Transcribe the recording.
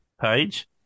page